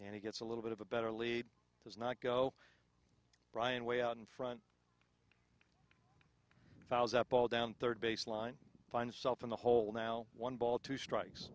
and he gets a little bit of a better lead does not go brian way out in front val's up ball down third base line find self in the hole now one ball two strikes